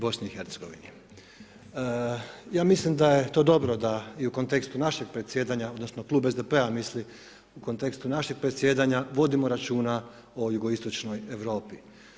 Ja mislim da je to dobro da i u kontekstu našeg predsjedanja odnosno kluba SDP-a misli u kontekstu našeg predsjedanja vodimo računa o jugoistočnoj Europi.